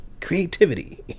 creativity